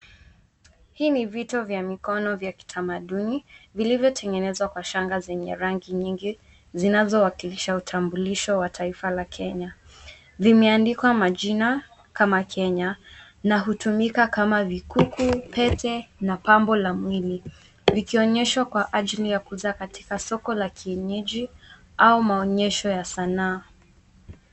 Hii ni vito vya mikono vya kitamaduni vilivyotengenezwa kwa shanga zenye rangi nyingi, zinazoakilisha utambulisho wa taifa la Kenya. Vimeandikwa majina kama Kenya, na hutumika kama vikuku, pete na pambo la mwili. Vikionyeshwa kwa ajili ya kuuza katika soko la kienyeji au maonyesho ya sanaa.